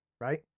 right